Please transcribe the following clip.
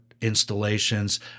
installations